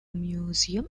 museum